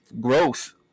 growth